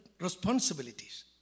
responsibilities